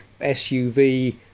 SUV